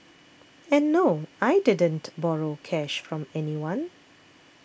and no I didn't borrow cash from anyone